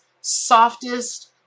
softest